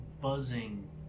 Buzzing